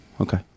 Okay